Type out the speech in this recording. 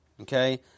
okay